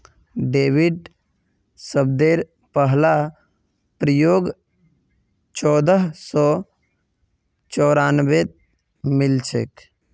debit शब्देर पहला प्रयोग चोदह सौ चौरानवेत मिलछेक